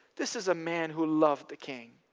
this is a man who loved the king.